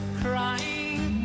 crying